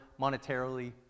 monetarily